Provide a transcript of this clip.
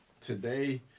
Today